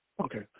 Okay